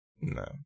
no